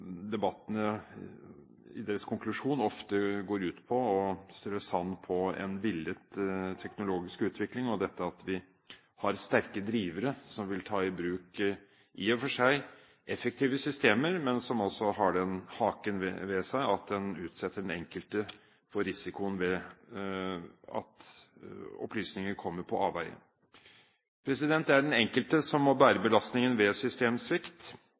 debattene i deres konklusjon ofte går ut på å strø sand på en villet teknologisk utvikling – og dette at vi har sterke drivere som vil ta i bruk i og for seg effektive systemer, men som altså har den haken ved seg, at det utsetter den enkelte for risiko for at opplysninger kommer på avveier. Det er den enkelte som må bære belastningen ved systemsvikt,